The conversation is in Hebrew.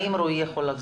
האם אתה יכול לומר